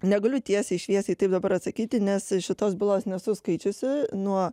negaliu tiesiai šviesiai taip dabar atsakyti nes šitos bylos nesu skaičiusi nuo